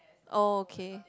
oh okay